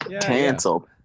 Canceled